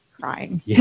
crying